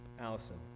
Allison